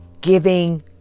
giving